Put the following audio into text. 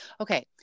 Okay